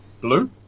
Blue